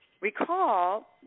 Recall